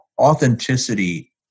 authenticity